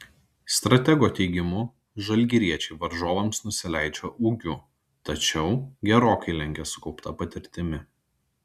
stratego teigimu žalgiriečiai varžovams nusileidžia ūgiu tačiau gerokai lenkia sukaupta patirtimi